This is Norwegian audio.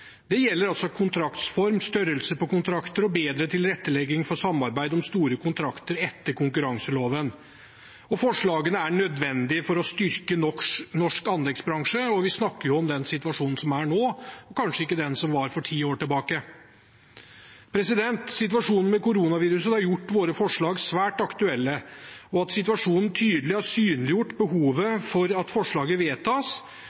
Det gjelder også kontraktsform, størrelse på kontrakter og bedre tilrettelegging for samarbeid om store kontrakter etter konkurranseloven. Forslagene er nødvendige for å styrke norsk anleggsbransje, og vi snakker om den sitasjonen som er nå, ikke den som kanskje var for ti år tilbake. Situasjonen med koronaviruset har gjort våre forslag svært aktuelle, og at situasjonen tydelig har synliggjort